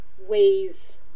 ways